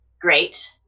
great